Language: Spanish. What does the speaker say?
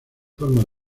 formas